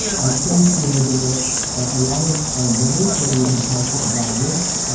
i think you know there a lot of ah levels that we can talk about this.